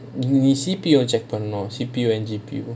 நீ:nee C_P_U check பண்ணனும்:pannanum C_P_U and G_P_U